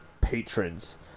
patrons